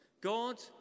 God